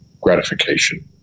gratification